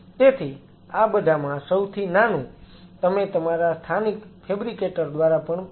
તેથી આ બધામાં સૌથી નાનું તમે તમારા સ્થાનિક ફેબ્રિકેટર દ્વારા પણ તેને બનાવી શકો છો